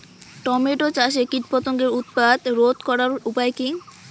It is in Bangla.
টমেটো চাষে কীটপতঙ্গের উৎপাত রোধ করার উপায় কী?